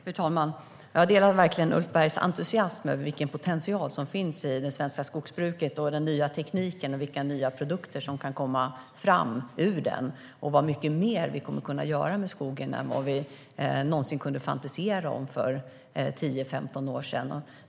Fru talman! Jag delar verkligen Ulf Bergs entusiasm över vilken potential som finns i det svenska skogsbruket, den nya tekniken och de nya produkter som kan komma fram ur den. Det handlar om hur mycket mer vi kan göra med skogen än vad vi någonsin kunde fantisera om för 10-15 år sedan.